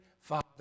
Father